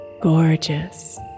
gorgeous